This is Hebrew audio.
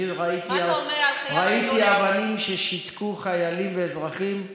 אני ראיתי אבנים ששיתקו חיילים ואזרחים,